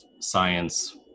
science